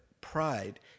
pride